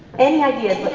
any ideas